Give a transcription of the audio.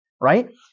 Right